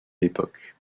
l’époque